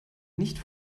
nicht